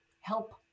help